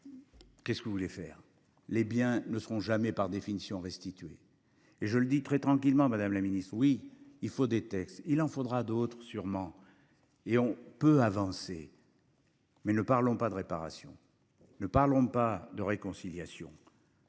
Qu'est-ce que vous voulez faire les biens ne seront jamais par définition restituer et je le dis très tranquillement. Madame la ministre. Oui, il faut des textes, il en faudra d'autres sûrement et on peut avancer. Mais ne parlons pas de réparation. Ne parlons pas de réconciliation.